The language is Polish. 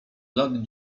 lat